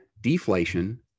deflation